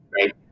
Right